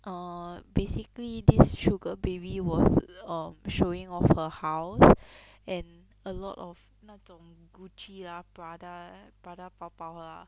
err basically this sugar baby was um showing off her house and a lot of 那种 Gucci ah Prada Prada 包包 ah